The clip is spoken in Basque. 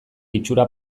itxura